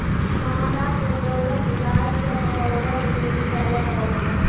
साँड़ा के जरुरत गाय के बहबै लेली करलो जाय छै